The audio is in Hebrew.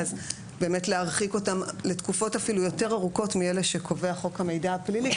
יש להרחיקם לתקופות אפילו יותר ארוכות מאלה שקובע חוק המידע הפלילי,